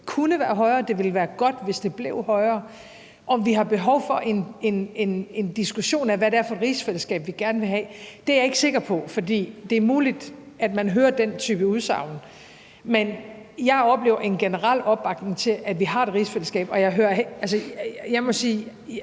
kunne være højere; det ville være godt, hvis det blev højere. Om vi har behov for en diskussion af, hvad det er for et rigsfællesskab, vi gerne vil have, er jeg ikke sikker på. For det er muligt, at man hører den type udsagn, men jeg oplever en generel opbakning til, at vi har et rigsfællesskab, og jeg må sige, at jeg meget,